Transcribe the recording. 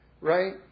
right